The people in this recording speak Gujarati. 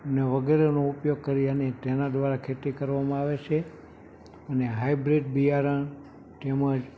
ને વગેરેનો ઉપયોગ કરીને તેના દ્વારા ખેતી કરવામાં આવે છે અને હાઈબ્રીડ બિયારણ તેમજ